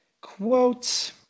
quote